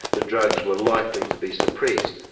the drugs were likely to be suppressed.